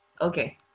Okay